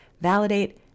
validate